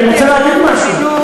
הקימה את מערכת החינוך,